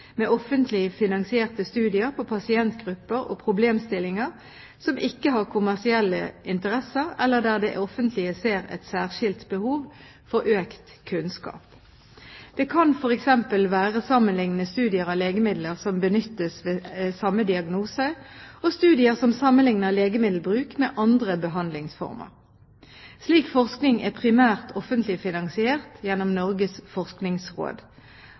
med offentlig finansierte studier på pasientgrupper og problemstillinger som ikke har kommersielle interesser, eller der det offentlige ser et særskilt behov for økt kunnskap. Det kan f.eks. være sammenliknende studier av legemidler som benyttes ved samme diagnose, og studier som sammenlikner legemiddelbruk med andre behandlingsformer. Slik forskning er primært offentlig finansiert gjennom Norges forskningsråd